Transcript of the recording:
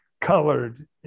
colored